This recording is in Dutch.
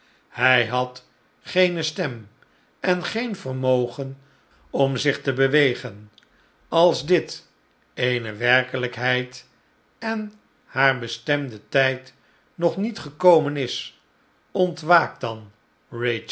hi had geene stem en geen vermogen om zich te bewegen als dit eene werkelijkheid en haar bestemde tijd nog niet gekomen is ontwaak dan